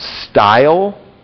style